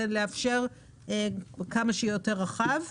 זה לאפשר שיהיה כמה שיותר רחב.